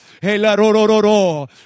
Hey-la-ro-ro-ro-ro